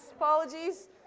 Apologies